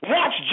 Watch